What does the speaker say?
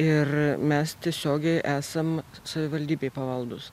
ir mes tiesiogiai esame savivaldybei pavaldūs